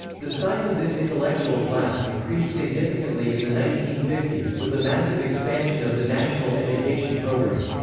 the size of this intellectual class increased significantly in the nineteen fifty s, with the massive expansion of the national education program.